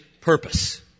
purpose